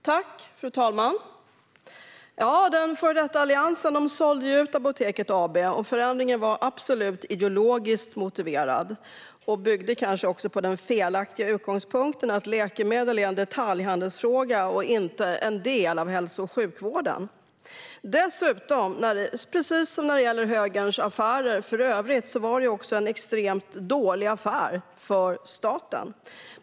Fru talman! Den före detta alliansregeringen sålde ut Apoteket AB. Förändringen var absolut ideologiskt motiverad och byggde kanske på den felaktiga utgångspunkten att läkemedel är en detaljhandelsfråga och inte en del av hälso och sjukvården. Precis som när det gäller högerns affärer i övrigt var det en extremt dålig affär för staten.